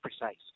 precise